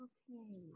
Okay